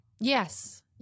Yes